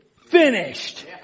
finished